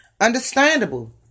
understandable